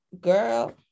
girl